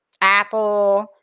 apple